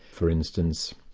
for instance,